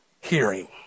hearing